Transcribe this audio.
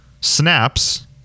snaps